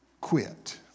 quit